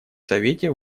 совете